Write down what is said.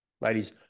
Ladies